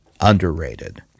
underrated